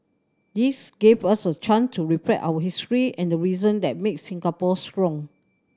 this gave us a chance to reflect our history and the reason that made Singapore strong